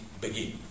begin